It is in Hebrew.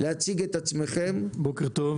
בוקר טוב.